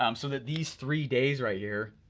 um so that these three days right here,